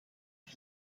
dat